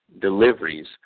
deliveries